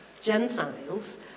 Gentiles